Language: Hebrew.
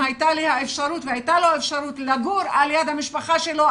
אם הייתה לי האפשרות והייתה לו אפשרות לגור על יד המשפחה שלו,